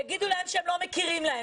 יגידו להם שלא מכירים להם בזה.